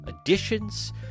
additions